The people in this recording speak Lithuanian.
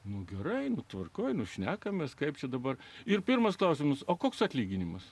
nu gerai tvarkoje nu šnekamės nu kaip čia dabar ir pirmas klausimas o koks atlyginimas